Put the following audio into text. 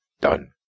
done